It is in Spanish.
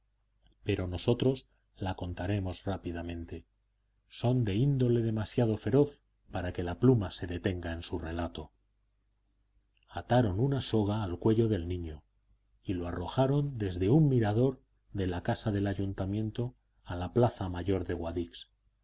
pero nosotros la contaremos rápidamente son de índole demasiado feroz para que la pluma se detenga en su relato ataron una soga al cuello del niño y lo arrojaron desde un mirador de la casa del ayuntamiento a la plaza mayor de guadix